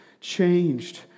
changed